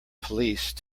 police